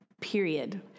period